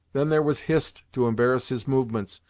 then there was hist to embarrass his movements,